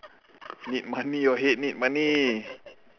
need money your head need money